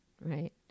right